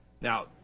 Now